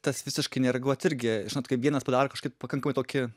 tas visiškai nereaguot irgi žinot kaip vienas padaro kažkokį pakankamai tokį